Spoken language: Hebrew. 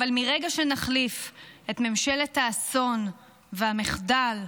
אבל מרגע שנחליף את ממשלת האסון והמחדל,